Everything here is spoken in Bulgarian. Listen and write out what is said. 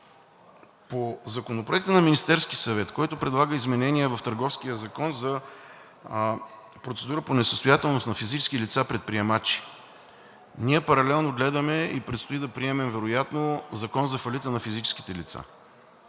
По Законопроекта на Министерския съвет, който предлага изменение в Търговския закон за процедура по несъстоятелност на физически лица-предприемачи. Ние паралелно гледаме и предстои да приемем вероятно Закон за фалита на физическите лица